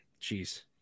Jeez